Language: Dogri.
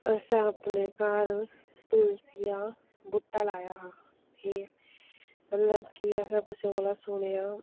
असें अपने घर तुलसिया बूह्टा लाया हा ठीक मतलब कि असें कुसै कोला सुनेआं